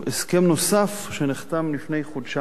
הסכם נוסף נחתם לפני חודשיים,